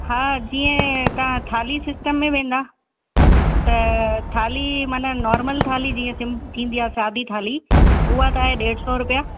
हा जीअं तव्हां थाली सिस्टम में वेंदा त थाली मन नॉर्मल थाली जीअं सिं थींदी आहे सादी थाली